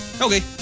Okay